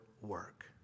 work